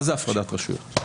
מה זו הפרדת רשויות.